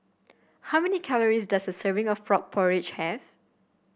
how many calories does a serving of Frog Porridge have